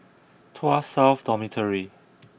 Tuas South Dormitory